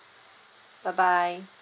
bye bye